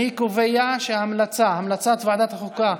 אני קובע שהמלצת ועדת החוקה,